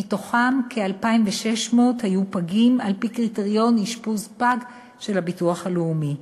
מתוכם כ-2,600 היו פגים על-פי קריטריון אשפוז פג של הביטוח הלאומי.